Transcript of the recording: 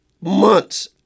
months